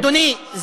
אדוני,